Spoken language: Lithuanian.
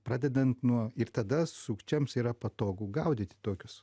pradedant nuo ir tada sukčiams yra patogu gaudyti tokius